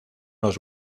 los